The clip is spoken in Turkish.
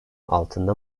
altında